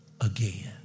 again